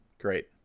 Great